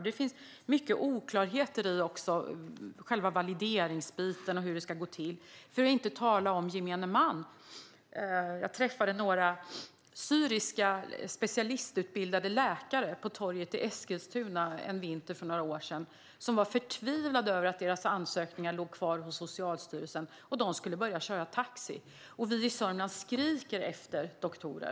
Det finns mycket oklarheter i hur själva valideringen ska gå till - för att inte tala vad det betyder för gemene man. Jag träffade några syriska specialistutbildade läkare på torget i Eskilstuna en vinter för några år sedan. De var förtvivlade över att deras ansökningar låg kvar hos Socialstyrelsen - och de skulle börja köra taxi. Vi i Sörmland skriker efter doktorer!